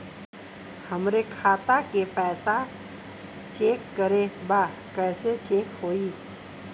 हमरे खाता के पैसा चेक करें बा कैसे चेक होई?